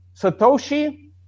Satoshi